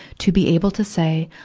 to be able to say,